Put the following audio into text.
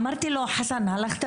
אמרתי לו: חסן, הלכת